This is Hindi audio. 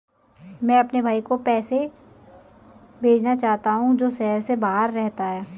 मैं अपने भाई को पैसे भेजना चाहता हूँ जो शहर से बाहर रहता है